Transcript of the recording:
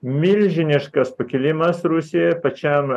milžiniškas pakilimas rusijoje pačiam